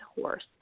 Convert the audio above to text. horse